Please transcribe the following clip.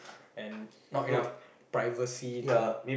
and not enough privacy to